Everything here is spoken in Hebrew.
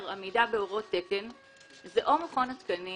עמידה בהוראות תקן זה או מכון התקנים